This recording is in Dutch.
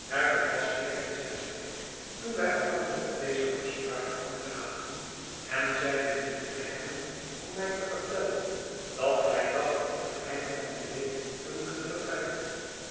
herbert was zeer in zijn schik toen wij elkander op deze afspraak'de hand gaven en zeide nu moed te hebben om mij te vertellen dat hij dacht op het einde van de week te moeten vertrekken